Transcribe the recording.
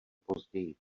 později